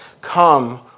Come